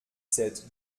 sept